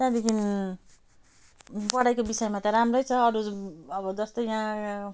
त्यहाँदेखि पढाइको विषयमा त राम्रै छ अरू अब जस्तै यहाँ